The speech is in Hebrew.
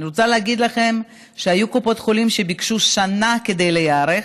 אני רוצה להגיד לכם שהיו קופות חולים שביקשו שנה כדי להיערך,